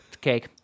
cake